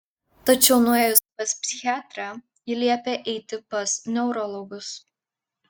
tačiau nuėjus pas psichiatrę ji liepė eiti pas neurologus